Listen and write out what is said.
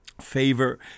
favor